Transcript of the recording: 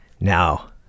Now